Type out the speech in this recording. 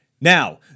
Now